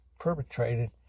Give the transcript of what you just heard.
perpetrated